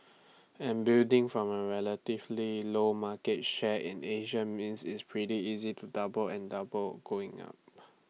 and building from A relatively low market share in Asia means it's pretty easy to double and double going up